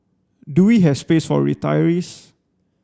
do we have space for retirees